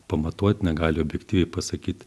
pamatuot negali objektyviai pasakyt